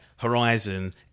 Horizon